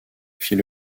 fit